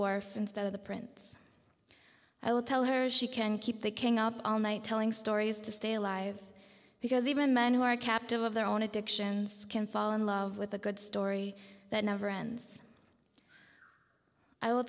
dwarf instead of the prince i will tell her she can keep the king up all night telling stories to stay alive because even men who are captive of their own addictions can fall in love with a good story that never ends i